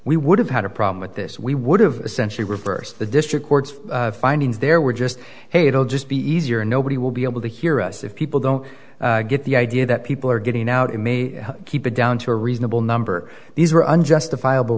we would have had a problem with this we would have a century reversed the district court's findings there were just hey it will just be easier nobody will be able to hear us if people don't get the idea that people are getting out it may keep it down to a reasonable number these are unjustifiable